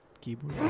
Keyboard